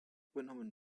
übernommen